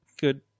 good